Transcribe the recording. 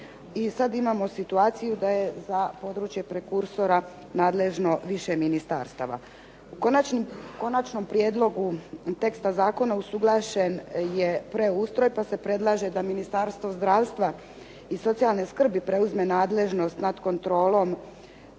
I sad imamo situaciju da je za područje prekursora nadležno više ministarstava. U konačnom prijedlogu teksta zakona usuglašen je preustroj pa se predlaže da Ministarstvo zdravstva i socijalne skrbi preuzme nadležnost nad kontrolom